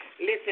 Listen